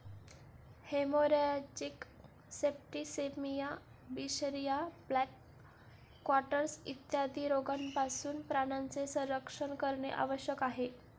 haemorrhagic septicaemia, बिशरिया, black quarters इत्यादी रोगांपासून प्राण्यांचे संरक्षण करणे आवश्यक आहे